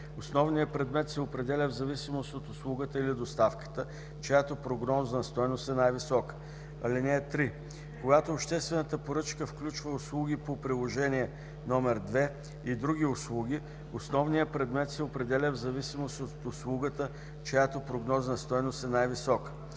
основният предмет се определя в зависимост от услугата или доставката, чиято прогнозна стойност е най-висока. (3) Когато обществената поръчка включва услуги по приложение № 2 и други услуги, основният предмет се определя в зависимост от услугата, чиято прогнозна стойност е най-висока.